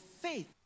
faith